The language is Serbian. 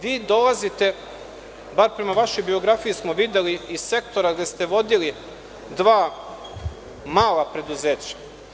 Vi dolazite, barem prema vašoj biografiji smo videli, iz sektora gde ste vodili dva mala preduzeća.